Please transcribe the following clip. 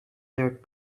dirt